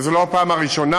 וזו לא הפעם הראשונה.